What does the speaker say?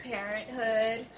Parenthood